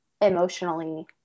emotionally